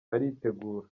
aritegura